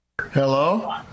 hello